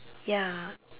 ya